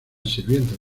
sirvientes